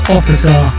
Officer